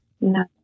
no